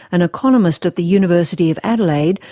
an economist at the university of adelaide,